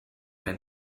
ein